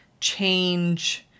change